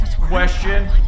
Question